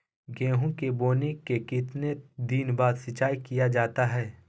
गेंहू के बोने के कितने दिन बाद सिंचाई किया जाता है?